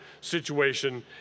situation